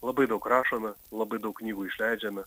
labai daug rašome labai daug knygų išleidžiame